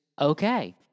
okay